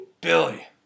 Billy